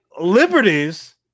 Liberties